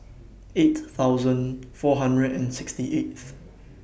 eight thousand four hundred and sixty eighth